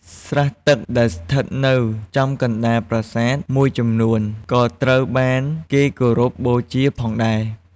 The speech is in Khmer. ស្រះទឹកដែលស្ថិតនៅចំកណ្ដាលប្រាសាទមួយចំនួនក៏ត្រូវបានគេគោរពបូជាផងដែរ។